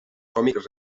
còmic